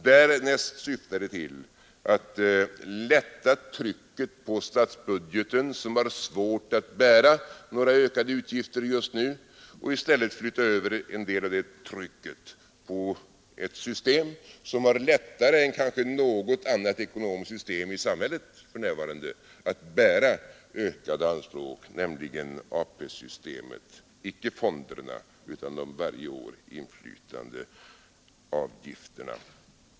Därnäst syftar det till att lätta trycket på statsbudgeten, som har svårt att bära några ökade utgifter just nu, och i stället flytta över en del av det trycket på ett system som har lättare än kanske något annat ekonomiskt system i samhället för närvarande att bära ökade anspråk, nämligen ATP-systemet — icke fonderna utan de varje år inflytande avgifterna.